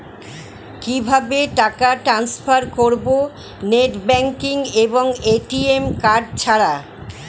কিভাবে টাকা টান্সফার করব নেট ব্যাংকিং এবং এ.টি.এম কার্ড ছাড়া?